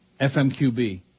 FMQB